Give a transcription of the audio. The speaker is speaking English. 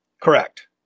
Correct